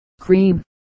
cream